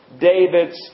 David's